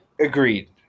Agreed